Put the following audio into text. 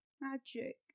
magic